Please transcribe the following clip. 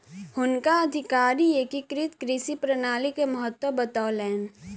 हुनका अधिकारी एकीकृत कृषि प्रणाली के महत्त्व बतौलैन